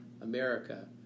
America